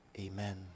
Amen